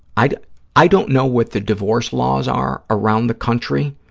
i i don't know what the divorce laws are around the country,